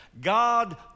God